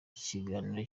kiganiro